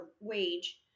wage